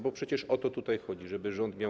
Bo przecież o to tutaj chodzi, żeby rząd miał.